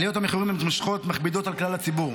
עליות המחירים המתמשכות מכבידות על כלל הציבור,